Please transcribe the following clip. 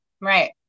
Right